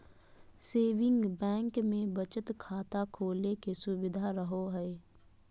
saving bank मे बचत खाता खोले के सुविधा रहो हय